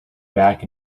back